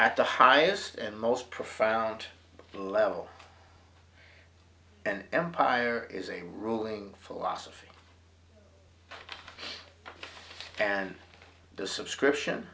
at the highest and most profound level and empire is a ruling philosophy and the subscription